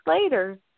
later